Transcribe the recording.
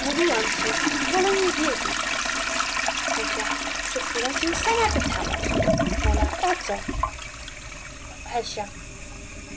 mówiłam ci wolę nie wiedzieć przed chwilą się sama pytałaś o